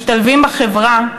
משתלבים בחברה,